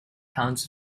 towns